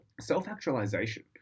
self-actualization